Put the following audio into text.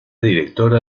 directora